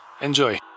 Enjoy